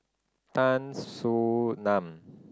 Tan Soo Nan